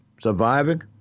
surviving